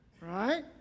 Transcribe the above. right